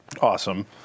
Awesome